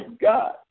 God